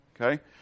Okay